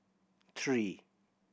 three